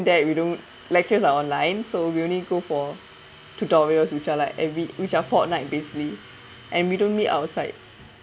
that we don't lectures are online so we only go for tutorials which are like every which are fortnight basically and we don't meet outside